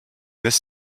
this